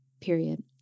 period